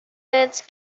its